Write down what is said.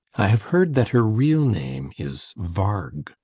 i have heard that her real name is varg.